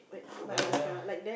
ah da